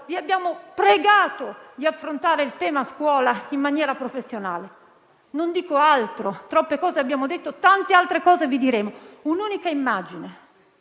vi abbiamo pregato di affrontare il tema scuola in maniera professionale? Non dico altro. Troppe cose abbiamo detto e tante altre cose vi diremo. Un'unica immagine: